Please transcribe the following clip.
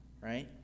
right